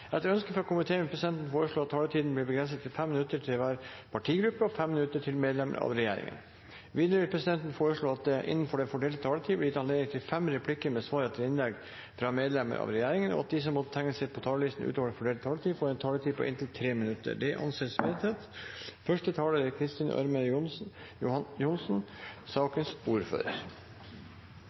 Etter ønske fra helse- og omsorgskomiteen vil presidenten foreslå at taletiden blir begrenset til 5 minutter til hver partigruppe og 5 minutter til medlemmer av regjeringen. Videre vil presidenten foreslå at det blir gitt anledning til replikkordskifte på inntil fem replikker med svar etter innlegg fra medlemmer av regjeringen innenfor den fordelte taletid, og at de som måtte tegne seg på talerlisten utover den fordelte taletid, får en taletid på inntil 3 minutter. – Det anses vedtatt. Representantene Toppe og Slagsvold Vedum fremmer representantforslag der hovedintensjonen er